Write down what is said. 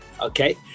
okay